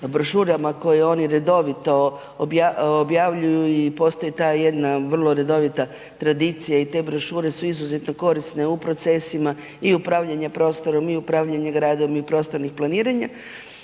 brošurama koje oni redovito objavljuju i postoji ta jedna vrlo redovita tradicija i te brošure su izuzetno korisne u procesima i upravljanja prostorom i upravljanja gradom i prostornih planiranja